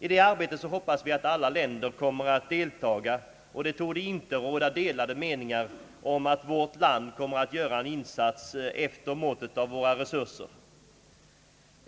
I det arbetet hoppas vi att alla länder kommer att deltaga, och det torde inte råda delade meningar om att vårt land kommer att göra en insats efter måttet av vårt lands resurser.